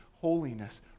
holiness